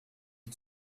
you